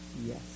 yes